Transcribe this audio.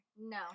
No